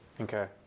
Okay